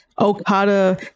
Okada